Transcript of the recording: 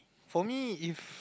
for me if